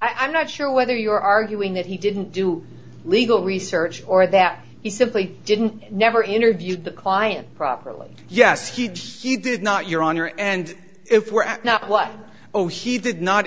i'm not sure whether you're arguing that he didn't do legal research or that he simply didn't never interviewed the client properly yes he just he did not your honor and if we're at now what oh he did not